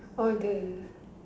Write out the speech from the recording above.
oh the